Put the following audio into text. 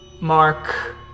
Mark